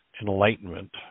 Enlightenment